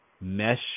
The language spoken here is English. Mesh